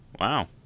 Wow